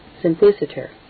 simpliciter